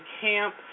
camp